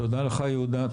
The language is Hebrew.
תודה לך, יהודה.